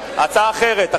הצעה אחרת.